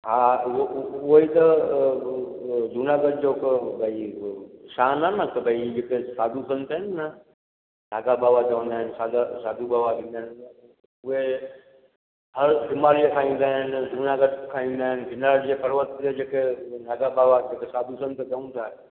हा उहो उ उहो ई त जूनागढ़ जो हिक भई शान आहे न त भई जिते साधु संत आहिनि न नागा बावा चवंदा आहिनि साध साधु बाबा थींदा आहिनि उहे हर हिमालय खां ईंदा आहिनि जूनागढ़ खां ईंदा आहिनि गिरनार जे पर्वत ते जेके नागाबावा साधु संत चऊं था